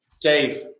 Dave